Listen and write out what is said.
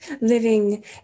living